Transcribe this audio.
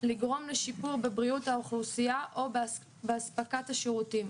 לגרום לשיפור בבריאות האוכלוסייה או באספקת השירותים.